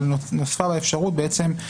אבל נוספה בה אפשרות של